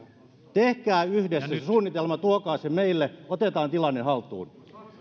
tehkää yhdessä suunnitelma tuokaa se meille otetaan tilanne haltuun